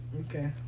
Okay